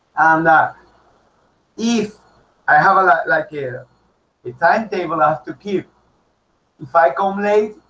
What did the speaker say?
and if i have a lot like here a timetable have to keep if i come late.